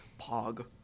pog